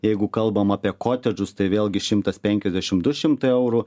jeigu kalbam apie kotedžus tai vėlgi šimtas penkiasdešim du šimtai eurų